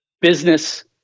business